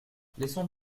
laissons